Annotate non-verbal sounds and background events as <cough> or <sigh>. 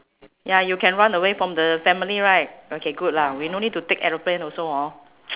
ya you can run away from the family right okay good lah we no need to take aeroplane also hor <noise>